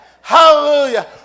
Hallelujah